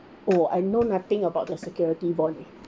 oh I know nothing about the security bond leh